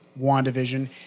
WandaVision